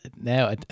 now